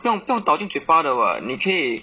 不用不用倒进嘴巴的 [what] 你可以